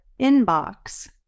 inbox